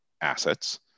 assets